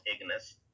Ignis